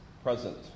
present